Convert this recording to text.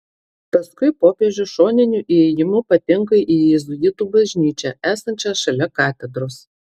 paskui popiežius šoniniu įėjimu patenka į jėzuitų bažnyčią esančią šalia katedros